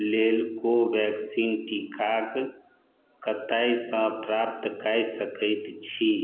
लेल कोवैक्सिन टीकाक कतएसे प्राप्त कै सकै छी